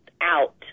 out